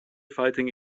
fighting